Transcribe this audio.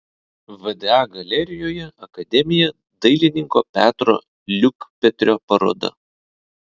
vda galerijoje akademija dailininko petro liukpetrio paroda